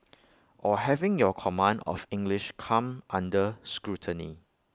or having your command of English come under scrutiny